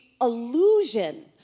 illusion